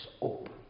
open